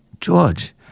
George